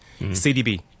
CDB